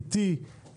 עיתי,